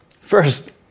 First